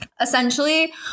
essentially